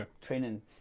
training